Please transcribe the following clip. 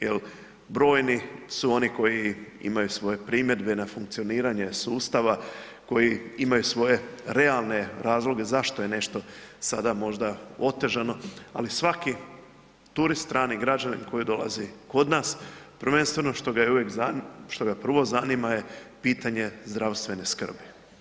Jer brojni su oni koji imaju svoje primjedbe na funkcioniranje sustava, koji imaju svoje realne razloge zašto je nešto sada možda otežano, ali svaki turist, strani građanin koji dolazi kod nas, prvenstveno što ga prvo zanima je pitanje zdravstvene skrbi.